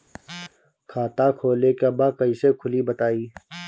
खाता खोले के बा कईसे खुली बताई?